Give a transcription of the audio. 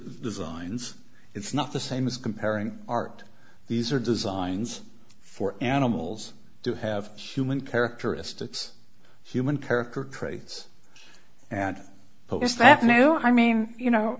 designs it's not the same as comparing art these are designs for animals to have human characteristics human character traits and those that know i mean you know